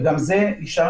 גם זה אפשרנו,